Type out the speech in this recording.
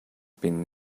been